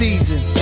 Season